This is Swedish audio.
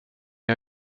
jag